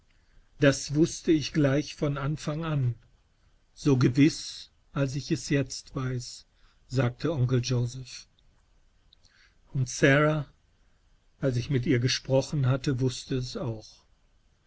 das wußte ich gleich von anfang an so gewiß als ich es jetzt weiß sagte onkel joseph und sara als ich mit ihr gesprochen hatte wußte es auch